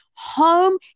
home